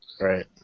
Right